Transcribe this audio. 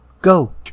Go